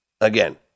Again